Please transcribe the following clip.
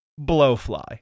Blowfly